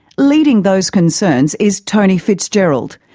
leading those concerns is tony fitzgerald,